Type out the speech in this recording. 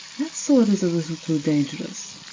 that sword is a little too dangerous.